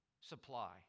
supply